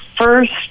first